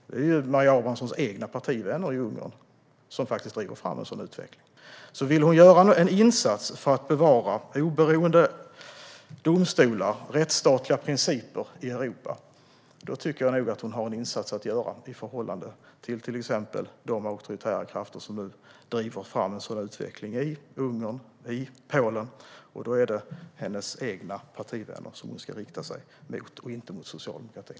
Det är ju Maria Abrahamssons egna partivänner i Ungern som driver fram en sådan utveckling. Vill Maria Abrahamsson göra en insats för att bevara oberoende domstolar och rättsstatliga principer i Europa tycker jag nog att hon bör göra den i förhållande till exempelvis de auktoritära krafter som nu driver fram en sådan utveckling i Ungern och Polen. Då är det sina egna partivänner hon ska rikta sig mot, inte mot socialdemokratin.